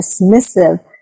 dismissive